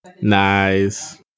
Nice